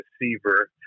receiver